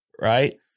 right